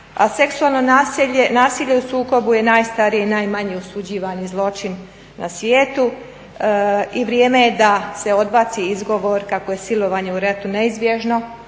A "seksualno nasilje je u sukobu je najstarije i najmanje osuđivani zločin na svijetu i vrijeme je da se odbaci izgovor kako je silovanje u ratu neizbježno,